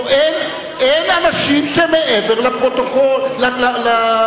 פה אין אנשים שמעבר לתקנון.